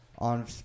On